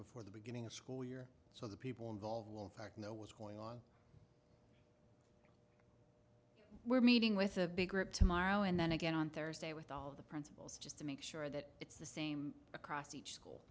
before the beginning of school year so the people involved will in fact know what's going on we're meeting with a big group tomorrow and then again on thursday with all of the principals just to make sure that it's the same across each school